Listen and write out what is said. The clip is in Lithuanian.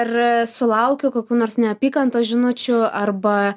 ar sulaukė kokių nors neapykantos žinučių arba